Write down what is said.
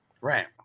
Right